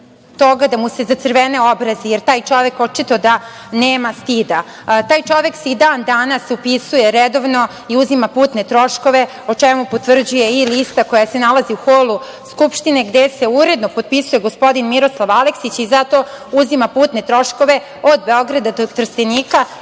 da mu se zacrvene obrazi, jer taj čovek očito da nema stida. Taj čovek se i dan danas upisuje redovno i uzima putne troškove o čemu potvrđuje i lista koja se nalazi u holu Skupštine, gde se uredno potpisuje gospodin Miroslav Aleksić i zato uzima putne troškove od Beograda do Trstenika